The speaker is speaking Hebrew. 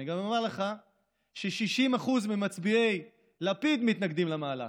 אני גם אומר לך ש-60% ממצביעי לפיד מתנגדים למהלך.